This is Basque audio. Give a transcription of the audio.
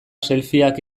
selfieak